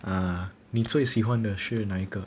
啊你最喜欢的是哪一个